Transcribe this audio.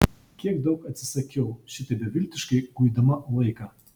kiek daug atsisakiau šitaip beviltiškai guidama laiką